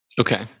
Okay